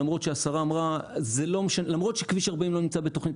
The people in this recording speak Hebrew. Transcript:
למרות שהשרה אמרה שלמרות שכביש 40 לא נמצא בתכנית